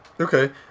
Okay